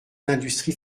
l’industrie